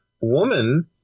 woman